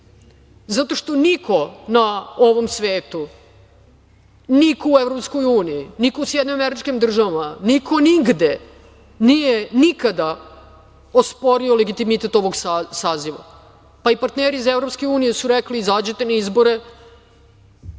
zato što niko na ovom svetu, niko u EU, niko u SAD-u, niko nigde nije nikada osporio legitimitet ovog saziva. Pa, i partneri iz EU su rekli izađite na izbore.